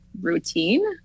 routine